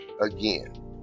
Again